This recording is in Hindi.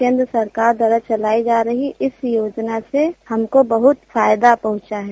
केन्द्र सरकार द्वारा चलाई जा रही इस योजना से हमको फायदा पहुंचा है